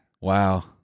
Wow